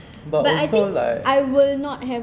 but also like